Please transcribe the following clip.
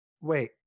wait